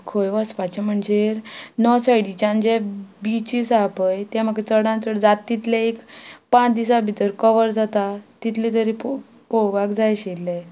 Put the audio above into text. खंय वचपाचें म्हणजे नॉत सायडीच्यान जे बिचीस आसा पळय तें म्हाका चडान चड जात तितले एक पांच दिसां भितर कवर जाता तितले तरी पोव पळोवपाक जाय आशिल्ले